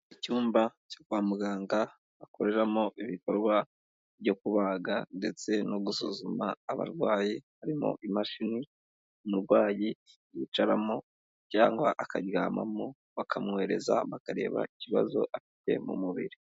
Icyumba cyo kwa muganga bakoreramo ibikorwa byo kubaga ndetse no gusuzuma abarwayi, harimo imashini, umurwayi yicaramo cyangwa akaryamamo bakamwohereza bakareba ikibazo afite mu mubiri.